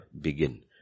begin